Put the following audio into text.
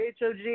HOG